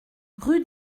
rue